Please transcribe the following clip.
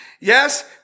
Yes